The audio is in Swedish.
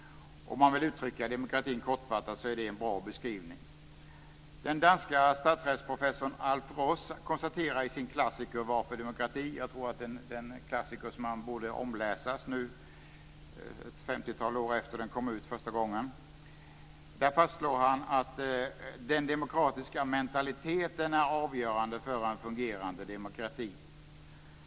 Om man vill uttrycka demokratin kortfattat är det en bra beskrivning. Den danske statsrättsprofessorn Alf Ross konstaterar i sin klassiker Varför demokrati? att den demokratiska mentaliteten är avgörande för en fungerande demokrati. Jag tror att det är en klassiker som man borde läsa om nu ett femtiotal år efter det att den kom ut första gången.